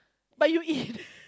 but you eat